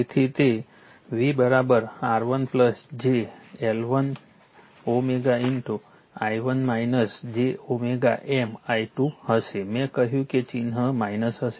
તેથી તે V R1 j L1 i1 j M i2 હશે મેં કહ્યું કે ચિહ્ન હશે